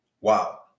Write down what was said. Wow